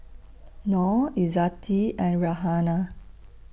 Nor Izzati and Raihana